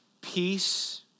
Peace